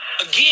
again